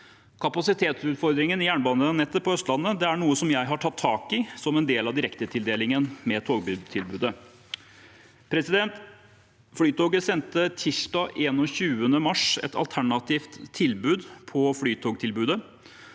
Kapasitetsutfordringen i jernbanenettet på Østlandet er noe jeg har tatt tak i som en del av direktetildelingen med togtilbudet. Flytoget sendte tirsdag 21. mars et alternativt tilbud på flytogtilbudet.